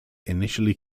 initially